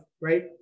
right